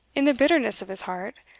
in the bitterness of his heart,